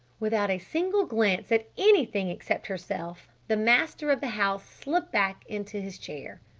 without a single glance at anything except herself, the master of the house slipped back into his chair.